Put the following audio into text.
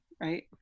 right